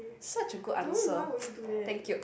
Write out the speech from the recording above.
such a good answer thank you